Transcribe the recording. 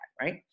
right